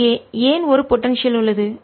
இங்கே ஏன் ஒரு போடன்சியல் உள்ளது